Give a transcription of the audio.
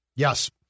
Yes